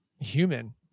human